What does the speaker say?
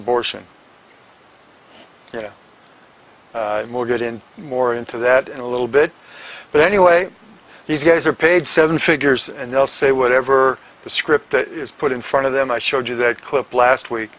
abortion yeah more good in more into that a little bit but anyway these guys are paid seven figures and they'll say whatever the script is put in front of them i showed you that clip last week